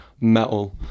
metal